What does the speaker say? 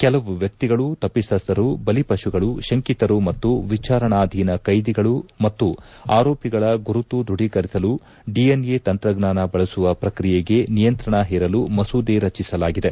ಕೆಲವು ವ್ಯಕ್ತಿಗಳು ತಪ್ಪಿತಸ್ವರು ಬಲಿಪಶುಗಳು ಶಂಕಿತರು ಮತ್ತು ವಿಚಾರಣಾಧೀನ ಕೈದಿಗಳು ಮತ್ತು ಆರೋಪಿಗಳ ಗುರುತು ದೃಢೀಕರಿಸಲು ಡಿಎನ್ಎ ತಂತ್ರಜ್ಞಾನ ಬಳಸುವ ಪ್ರಕ್ರಿಯೆಗೆ ನಿಯಂತ್ರಣ ಹೇರಲು ಮಸೂದೆ ರಚಿಸಲಾಗಿದೆ